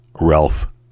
Ralph